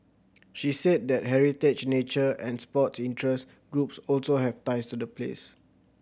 she said that heritage nature and sports interest groups also have ties to the place